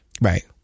Right